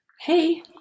Hey